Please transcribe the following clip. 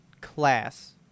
class